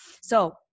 So-